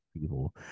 people